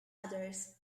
others